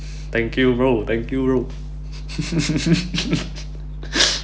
thank you bro thank you bro